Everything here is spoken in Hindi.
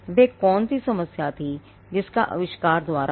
वह कौन सी समस्या थी जिसका आविष्कार द्वारा हल हुआ